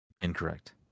Incorrect